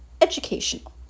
educational